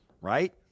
Right